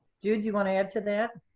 jude, you want to add to that?